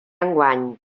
enguany